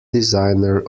designer